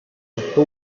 who